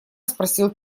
спросил